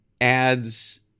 adds